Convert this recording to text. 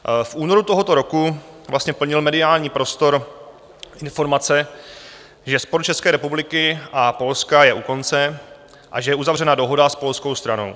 V únoru tohoto roku vlastně plnila mediální prostor informace, že spor České republiky a Polska je u konce a že je uzavřena dohoda s polskou stranou.